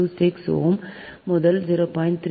26ohm முதல் 0